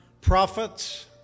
prophets